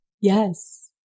Yes